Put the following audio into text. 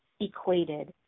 equated